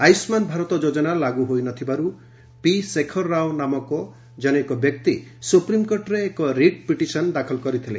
ଆୟୁଷ୍ଗାନ ଭାରତ ଯୋଜନା ଲାଗୁ ହୋଇନଥିବାରୁ ପିଶେଖର ରାଓ ନାମକ ଜନୈକ ବ୍ୟକ୍ତି ସ୍ବପ୍ରିମକୋର୍ଟରେ ଏକ ରିଟ୍ ପିଟିସନ୍ ଦାଖଲ କରିଥିଲେ